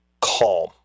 calm